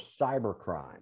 cybercrime